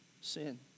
sin